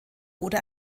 oder